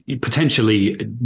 potentially